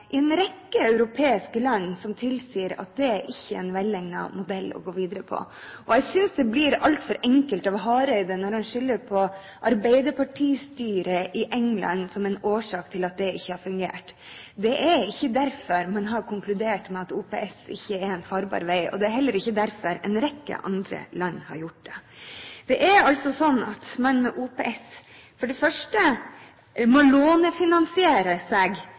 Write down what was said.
en rekke europeiske land, som tilsier at dette ikke er en velegnet modell å gå videre på. Jeg synes det blir altfor enkelt av representanten Hareide når han skylder på arbeiderpartistyret i Storbritannia, at de er en årsak til at det ikke har fungert. Det er ikke derfor man har konkludert med at OPS ikke er en farbar vei, og det er heller ikke derfor en rekke andre land har gjort det. Det er altså sånn at man med OPS for det første må lånefinansiere seg